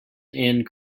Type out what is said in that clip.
and